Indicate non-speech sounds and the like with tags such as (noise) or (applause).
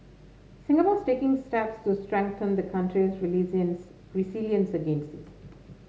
Singapore's taking steps to strengthen the country's (unintelligible) resilience against this